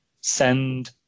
send